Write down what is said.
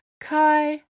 Kai